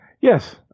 Yes